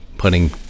putting